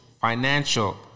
financial